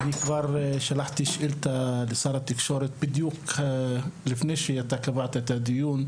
אני כבר שלחתי שאילתה לשר התקשורת בדיוק לפני שאתה קבעת את הדיון,